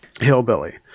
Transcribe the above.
hillbilly